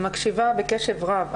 אני מקשיבה בקשב רב,